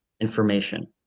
information